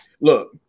Look